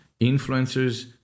influencers